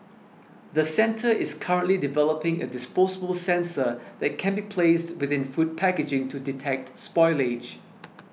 the centre is currently developing a disposable sensor that can be placed within food packaging to detect spoilage